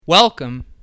Welcome